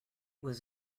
was